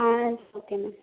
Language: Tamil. ah okay madam